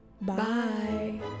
bye